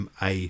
MA